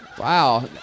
Wow